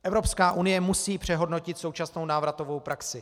Evropská unie musí přehodnotit současnou návratovou praxi.